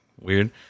Weird